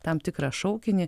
tam tikra šaukinį